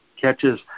catches